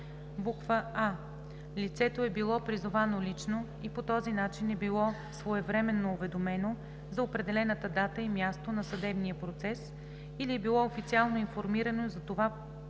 а) лицето е било призовано лично и по този начин е било своевременно уведомено за определената дата и място на съдебния процес или е било официално информирано за това по